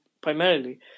primarily